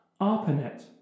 ARPANET